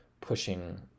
pushing